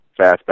Fastback